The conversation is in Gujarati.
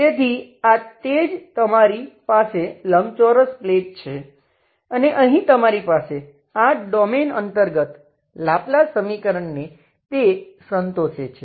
તેથી આ તે જ તમારી પાસે લંબચોરસ પ્લેટ છે અને અહીં તમારી પાસે આ ડોમેઈન અંતર્ગત લાપ્લાસ સમીકરણને તે સંતોષે છે